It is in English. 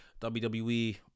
WWE